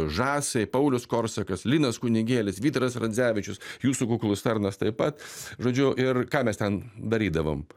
žąsai paulius korsakas linas kunigėlis vytaras radzevičius jūsų kuklus tarnas taip pat žodžiu ir ką mes ten darydavom